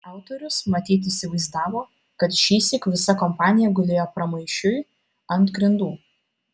autorius matyt įsivaizdavo kad šįsyk visa kompanija gulėjo pramaišiui ant grindų